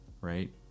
Right